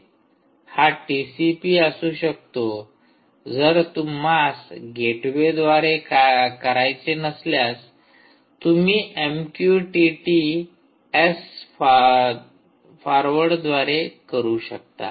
हा टीसीपी असू शकतो जर तुम्हास गेटवेद्वारे करायचे नसल्यास तुम्ही एमक्यूटीटी एस फॉर्वर्डरद्वारे करू शकता